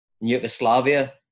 Yugoslavia